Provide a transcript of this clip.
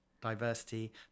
diversity